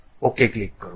અને પછી OK click કરો